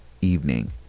evening